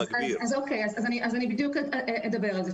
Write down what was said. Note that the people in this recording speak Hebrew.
אני עכשיו אדבר על זה.